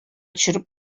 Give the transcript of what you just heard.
төшереп